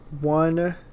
One